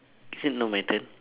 is it not my turn